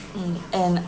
mm and